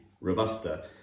Robusta